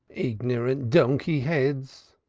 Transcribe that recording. ignorant donkey-heads!